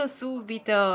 subito